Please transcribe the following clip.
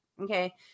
Okay